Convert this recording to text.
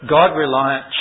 God-reliant